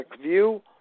view